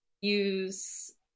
use